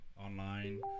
online